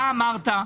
אתה אמרת,